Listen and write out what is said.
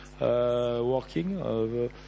working